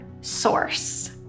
source